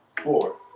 Four